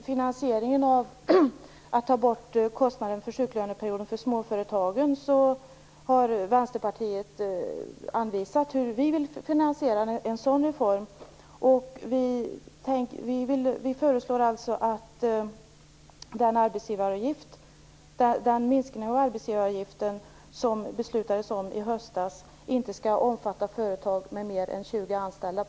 Fru talman! Vi har från Vänsterpartiet angivit hur vi vill finansiera ett borttagande av småföretagens kostnad för sjuklöneperioden. Vi föreslår att den minskning av arbetsgivaravgiften som beslutades i höstas inte skall omfatta företag med mer än 20 anställda.